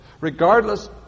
regardless